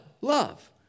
Love